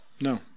no